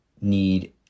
need